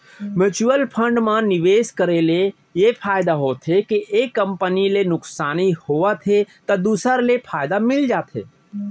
mutual fund म निवेस करे ले ए फायदा होथे के एक कंपनी ले नुकसानी होवत हे त दूसर ले फायदा मिल जाथे